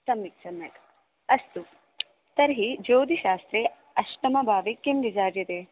सम्यक् सम्यक् अस्तु तर्हि ज्योतिश्शास्त्रे अष्टमभावे किं विचार्यते